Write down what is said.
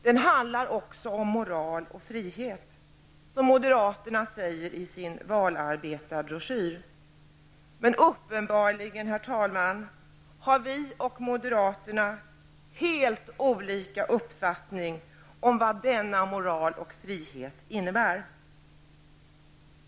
Den handlar också om moral och frihet, som moderaterna säger i sin valarbetarbroschyr. Men uppenbarligen har vi och moderaterna helt olika uppfattning om vad denna moral och frihet innebär.